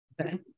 Okay